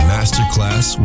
Masterclass